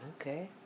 okay